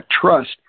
trust